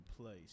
place